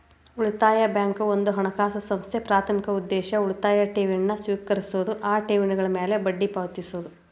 ಉಳಿತಾಯ ಬ್ಯಾಂಕ್ ಒಂದ ಹಣಕಾಸು ಸಂಸ್ಥೆ ಪ್ರಾಥಮಿಕ ಉದ್ದೇಶ ಉಳಿತಾಯ ಠೇವಣಿನ ಸ್ವೇಕರಿಸೋದು ಆ ಠೇವಣಿಗಳ ಮ್ಯಾಲೆ ಬಡ್ಡಿ ಪಾವತಿಸೋದು